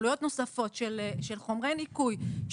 עלויות נוספות של חומרי ניקוי,